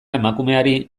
emakumeari